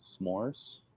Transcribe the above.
S'mores